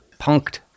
Punked